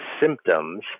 symptoms